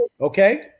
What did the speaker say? okay